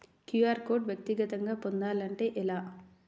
QR code వ్యక్తిగతంగా పొందాలంటే ఎలా?